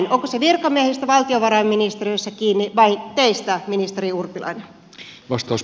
onko se virkamiehistä valtiovarainministeriössä kiinni vai teistä ministeri urpilainen